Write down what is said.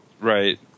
Right